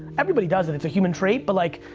everybody does it, it's a human trait. but like,